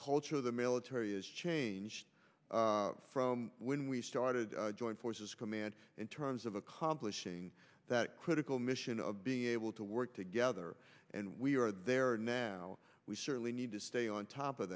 culture of the military has changed from when we started joint forces command in terms of accomplishing that critical mission of being able to work together and we are there now we certainly need to stay on top of